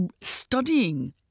studying